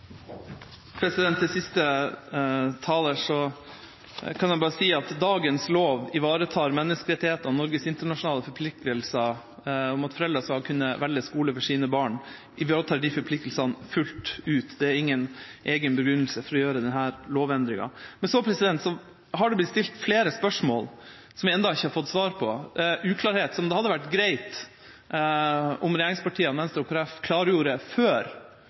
ettertanke. Til siste taler kan jeg bare si at dagens lov ivaretar menneskerettighetene og Norges internasjonale forpliktelser om at foreldre skal kunne velge skole for sine barn. Den ivaretar de forpliktelsene fullt ut. Det er ingen egen begrunnelse for å gjøre denne lovendringa. Men så har det blitt stilt flere spørsmål, som vi ennå ikke har fått svar på, uklarheter som det hadde vært greit om regjeringspartiene og Venstre og Kristelig Folkeparti klargjorde før